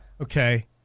Okay